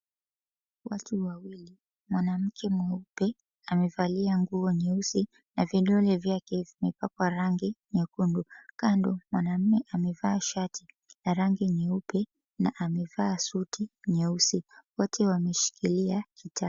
Watu wawili, mwanamke mweupe amevalia nguo nyeusi na vidole vyake vimepakwa rangi nyekundu. Kando mwanamme amevaa shati la rangi nyeupe na amevaa suti nyeusi. Wote wameshikilia kitabu.